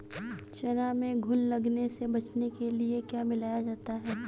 चना में घुन लगने से बचाने के लिए क्या मिलाया जाता है?